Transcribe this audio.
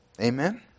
Amen